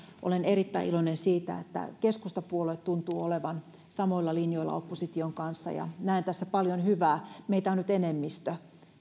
olen erittäin iloinen siitä että keskustapuolue tuntuu olevan samoilla linjoilla opposition kanssa ja näen tässä paljon hyvää meitä on nyt enemmistö